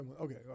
Okay